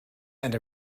and